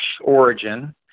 origin